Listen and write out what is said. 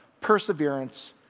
perseverance